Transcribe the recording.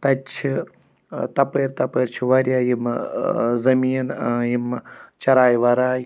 تَتہِ چھِ ٲں تَپٲرۍ تَپٲرۍ چھِ واریاہ یِم ٲں زٔمیٖن ٲں یِم چَراے وَراے